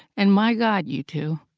and my god, you two.